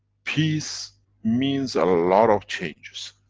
peace means a lot of changes,